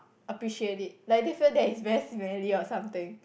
appreciate it like they feel that is very smelly or something